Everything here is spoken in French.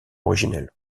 originelle